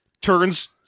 turns